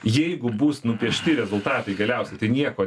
jeigu bus nupiešti rezultatai galiausiai tai nieko